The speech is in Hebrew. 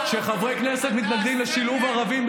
כשחברי כנסת מתנגדים לשילוב ערבים,